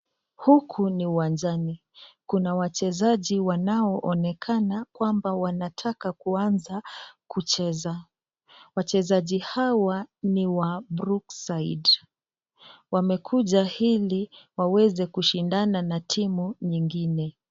Huku ni uwanjani, kuna wachezaji wanao onekana kwamba wanataka kuanza kucheza, wachezaji hawa ni wa brookside. Wamekuja ili waweze kushindana na timu nyingine.